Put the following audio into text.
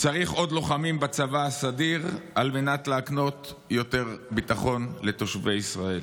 צריך עוד לוחמים בצבא הסדיר על מנת להקנות יותר ביטחון לתושבי ישראל?